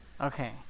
Okay